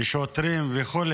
משוטרים וכו',